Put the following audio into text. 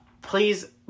please